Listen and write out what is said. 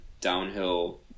downhill